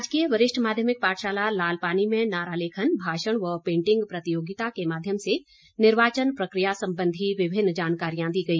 राजकीय वरिष्ठ माध्यमिक पाठशाला लालपानी में नारा लेखन भाषण व पेंटिंग प्रतियोगिता के माध्यम से निर्वाचन प्रकिया संबंधी विभिन्न जानकारियां दी गई